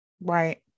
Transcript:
Right